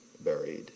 buried